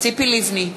ציפי לבני,